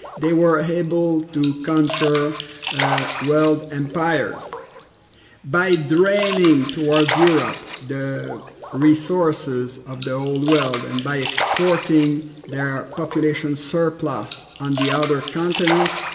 they were ah able to conquer world empires by draining towards europe the resources of the whole world and by exporting their population surplus on the other continents,